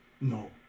No